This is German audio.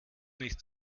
nicht